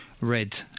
Red